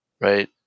right